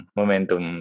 momentum